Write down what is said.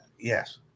Yes